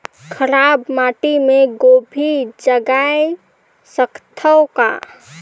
खराब माटी मे गोभी जगाय सकथव का?